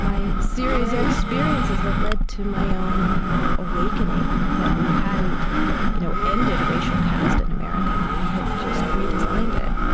my series of experiences that led to my own awakening that we hadn't you know ended racial caste in america. we had just redesigned it